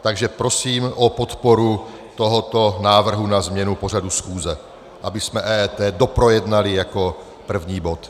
Takže prosím o podporu tohoto návrhu na změnu pořadu schůze, abychom EET doprojednali jako první bod.